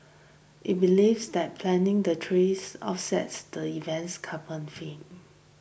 it believes that planting the trees offset the event's carbon film